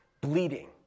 bleeding